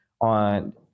on